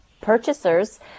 purchasers